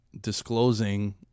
disclosing